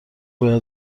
باید